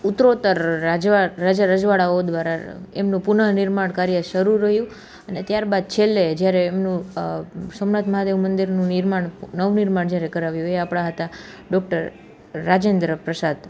ઉત્તરોત્તર રાજા રજવાડાંઓ દ્વારા એમનું પુનઃનિર્માણ કાર્ય શરૂ રયુ અને ત્યારબાદ છેલ્લે જ્યારે એમનું સોમનાથ મહાદેવ મંદિરનું નિર્માણ નવનિર્માણ જ્યારે કરાવ્યું એ આપણા હતા ડૉક્ટર રાજેન્દ્રપ્રસાદ